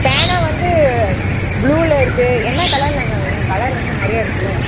பேனா வந்து ப்ளூவில் இருக்குது என்ன கலர்லேங்க வேணும் கலர் வந்து நிறைய இருக்குதுல்ல